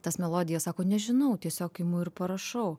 tas melodijas sako nežinau tiesiog imu ir parašau